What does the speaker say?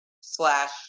slash